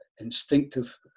instinctive